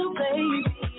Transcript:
baby